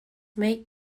make